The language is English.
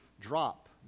drop